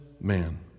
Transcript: man